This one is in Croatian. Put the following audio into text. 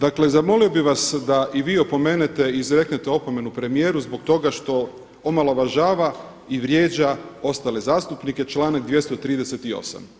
Dakle, zamolio bih vas da i vi opomenete i izreknete opomenu premijeru zbog toga što omalovažava i vrijeđa ostale zastupnike, članak 238.